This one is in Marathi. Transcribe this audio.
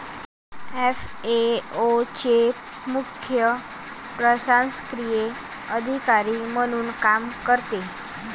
एफ.ए.ओ चे मुख्य प्रशासकीय अधिकारी म्हणून काम करते